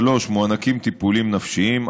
3. מוענקים טיפולים נפשיים,